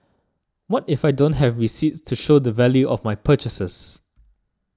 what if I don't have receipts to show the value of my purchases